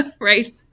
right